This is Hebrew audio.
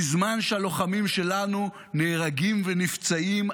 בזמן שהלוחמים שלנו נהרגים ונפצעים,